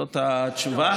זאת התשובה.